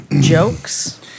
jokes